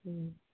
हूँ